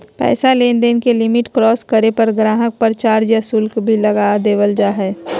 पैसा लेनदेन के लिमिट क्रास करे पर गाहक़ पर चार्ज या शुल्क भी लगा देवल जा हय